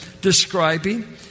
describing